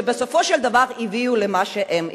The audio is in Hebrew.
שבסופו של דבר הביאו למה שהביאו.